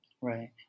Right